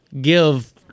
give